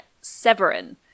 Severin